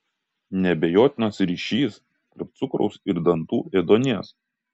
neabejotinas ryšys tarp cukraus ir dantų ėduonies